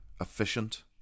Efficient